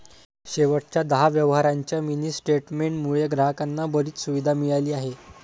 शेवटच्या दहा व्यवहारांच्या मिनी स्टेटमेंट मुळे ग्राहकांना बरीच सुविधा मिळाली आहे